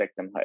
victimhood